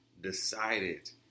decided